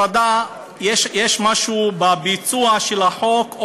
יש משהו בביצוע של החוק,